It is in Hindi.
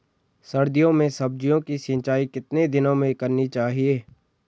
सर्दियों में सब्जियों की सिंचाई कितने दिनों में करनी चाहिए?